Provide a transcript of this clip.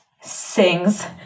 Sings